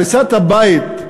הריסת הבית,